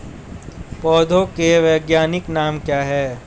पौधों के वैज्ञानिक नाम क्या हैं?